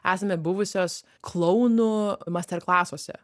esame buvusios klounų masterklasuose